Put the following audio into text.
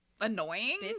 Annoying